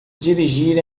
dirigir